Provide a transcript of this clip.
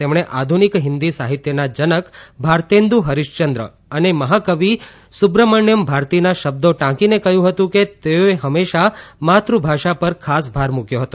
તેમણે આધુનિક હિંદી સાહિત્યના જનક ભારતેન્દુ હરીશયંદ્ર અને મહાકવિ સુબ્રમાચ્યમ ભારતીના શબ્દો ટાંકીને કહ્યું હતું કે તેઓએ હંમેશા માતૃભાષા પર ખાસ ભાર મૂક્યો હતો